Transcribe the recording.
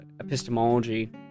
epistemology